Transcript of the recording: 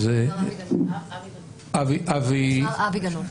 אבי גנון.